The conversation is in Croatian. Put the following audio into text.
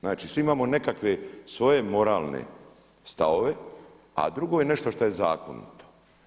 Znači svi imamo nekakve svoje moralne stavove, a drugo je nešto što je zakonito.